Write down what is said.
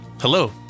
Hello